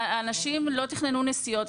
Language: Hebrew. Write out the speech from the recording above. אנשים לא תכננו נסיעות.